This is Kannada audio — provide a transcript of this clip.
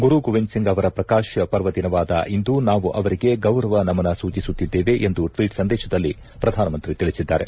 ಗುರು ಗೋವಿಂದ್ಸಿಂಗ್ ಅವರ ಪ್ರಕಾಶ ಪರ್ವದಿನವಾದ ಇಂದು ನಾವು ಅವರಿಗೆ ಗೌರವ ನಮನ ಸೂಚಿಸುತ್ತಿದ್ದೇವೆ ಎಂದು ಟ್ವೀಟ್ ಸಂದೇಶದಲ್ಲಿ ಪ್ರಧಾನಮಂತ್ರಿ ತಿಳಿಸಿದ್ದಾರೆ